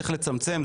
צריך לצמצם,